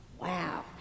Wow